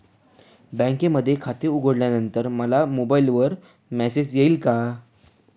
बँकेमध्ये खाते उघडल्यानंतर मला मोबाईलवर मेसेज येईल का?